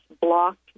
blocked